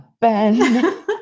Ben